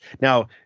Now